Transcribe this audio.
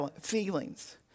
feelings